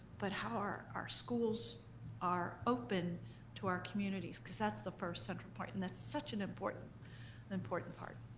but how our our schools are open to our communities, because that's the first central part, and that's such an important and important part.